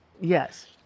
Yes